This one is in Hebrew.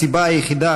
הסיבה היחידה,